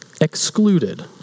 excluded